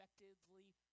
effectively